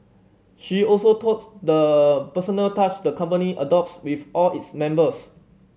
she also touts the personal touch the company adopts with all its members